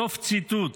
סוף ציטוט.